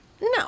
No